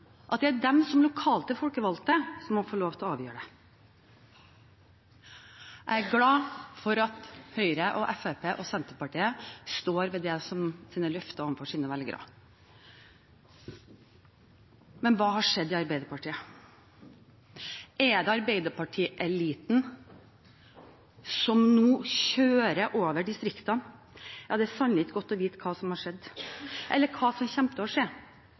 at de som lokale folkevalgte må få lov til å avgjøre det. Jeg er glad for at Høyre, Fremskrittspartiet og Senterpartiet står ved sine løfter overfor sine velgere. Men hva har skjedd i Arbeiderpartiet? Er det Arbeiderparti-eliten som nå kjører over distriktene? Det er sannelig ikke godt å vite hva som har skjedd, eller hva som kommer til å skje.